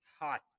hot